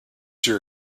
your